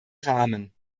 rahmen